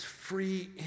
free